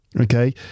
okay